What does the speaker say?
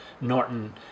Norton